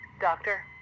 Doctor